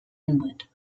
inward